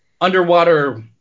underwater